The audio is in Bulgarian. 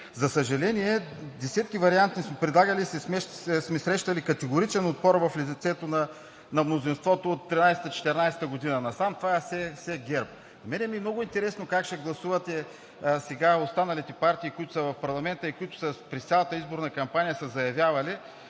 За съжаление, десетки варианти сме предлагали и сме срещали категоричен отпор в лицето на мнозинството от 2013 – 2014 г. насам. Това е все ГЕРБ. Много ми е интересно как ще гласуват сега останалите партии, които са в парламента и които през цялата изборна кампания са заявявали,